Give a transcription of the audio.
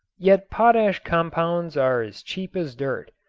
yet potash compounds are as cheap as dirt.